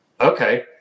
okay